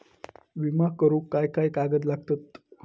विमा करुक काय काय कागद लागतत?